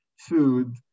food